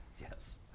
Yes